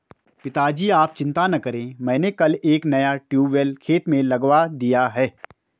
पिताजी आप चिंता ना करें मैंने कल एक नया ट्यूबवेल खेत में लगवा दिया है